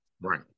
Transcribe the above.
right